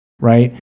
right